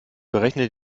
berechne